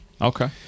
Okay